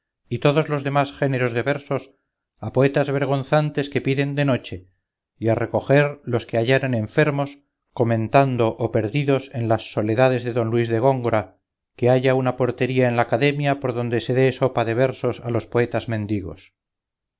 y todos los demás géneros de versos a poetas vergonzantes que piden de noche y a recoger los que hallaren enfermos comentando o perdidos en las soledades de don luis de góngora que haya una portería en la academia por donde se dé sopa de versos a los poetas mendigos